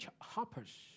hoppers